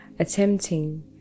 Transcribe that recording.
attempting